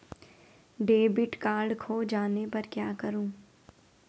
Debit card खो जाने पर क्या करूँ?